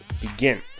begin